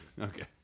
okay